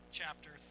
chapter